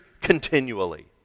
continually